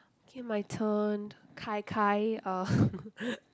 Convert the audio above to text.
okay my turn gai gai uh